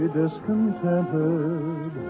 discontented